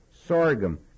sorghum